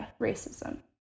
racism